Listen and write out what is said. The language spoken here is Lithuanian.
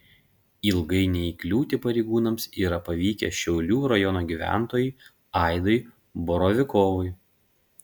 ilgai neįkliūti pareigūnams yra pavykę šiaulių rajono gyventojui aidui borovikovui